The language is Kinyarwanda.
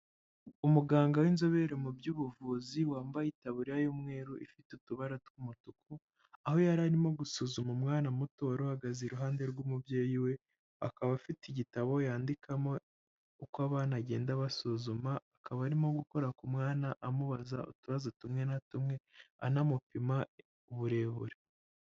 Umuganga w'inzobere mu by'ubuvuzi, wambaye itaburiya y'umweru ifite utubara tw'umutuku, aho yari arimo gusuzuma umwana muto wari uhagaze iruhande rw'umubyeyi we, akaba afite igitabo yandikamo uko abana agenda basuzuma, akaba arimo gukora ku mwana amubaza utubazo tumwe na tumwe, anamupima uburebure.